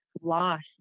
lost